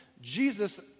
Jesus